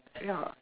ya